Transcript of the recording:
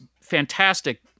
fantastic